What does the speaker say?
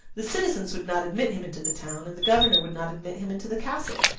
the citizens would not admit him into the town, and the governor would not admit him into the castle.